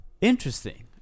Interesting